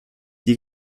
die